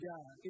God